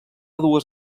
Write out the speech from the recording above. dues